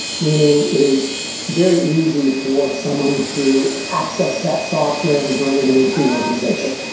meaning it is very easy for someone to access that software and bring it into the organization.